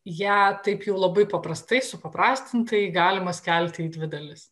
ją taip jau labai paprastai supaprastintai galima skelti į dvi dalis